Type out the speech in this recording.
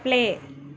play